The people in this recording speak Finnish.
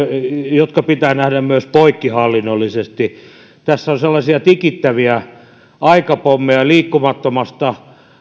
jotka pitää nähdä myös poikkihallinnollisesti tässä on sellaisia tikittäviä aikapommeja liikkumattomasta